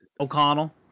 O'Connell